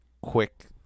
quick